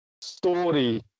story